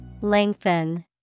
Lengthen